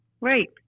Right